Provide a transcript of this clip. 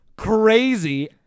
crazy